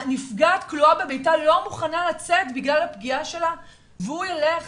הנפגעת כלואה בביתה ולא מוכנה לצאת בגלל הפגיעה שלה והוא ילך